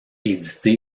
édité